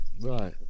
Right